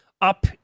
up